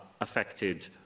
affected